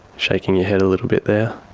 shaking your head a little bit there.